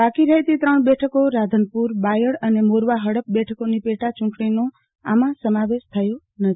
બાકી રહેતી ત્રણ બેઠકો રાધનપુર બાયડ અને મોરવા ફળપ બેઠકોની પેટાચુંટણીનાં આમાં સમાવેશ થયા નથી